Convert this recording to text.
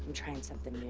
trying and something